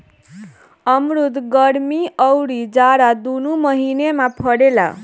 अमरुद गरमी अउरी जाड़ा दूनो महिना में फरेला